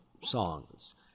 songs